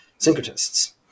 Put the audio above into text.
syncretists